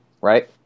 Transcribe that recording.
right